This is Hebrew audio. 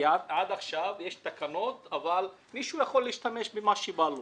כי עד עכשיו יש תקנות אבל מישהו יכול להשתמש במה שבא לו.